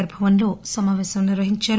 are భవన్ లో సమాపేశం నిర్వహించారు